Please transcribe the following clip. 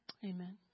Amen